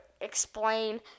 explain